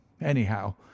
anyhow